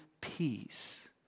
peace